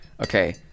Okay